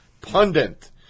pundit